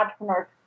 entrepreneurs